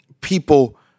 people